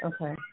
Okay